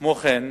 כמו כן,